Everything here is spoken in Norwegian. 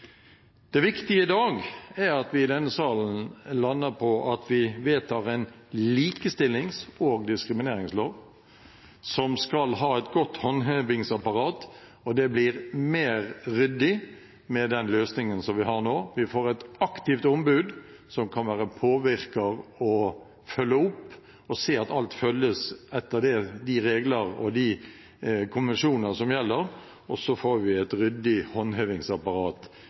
Det viktige i dag er at vi i denne salen lander på at vi vedtar en likestillings- og diskrimineringslov, som skal ha et godt håndhevingsapparat. Det blir mer ryddig med den løsningen som vi får nå. Vi får et aktivt ombud, som kan være påvirker og følge opp og se at alt gjøres etter de regler og de konvensjoner som gjelder, og så får vi et ryddig håndhevingsapparat.